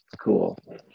Cool